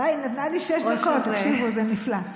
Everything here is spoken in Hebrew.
וואי, היא נתנה לי שש דקות, תקשיבו, זה נפלא.